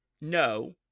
no